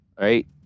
right